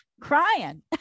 crying